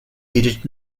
digit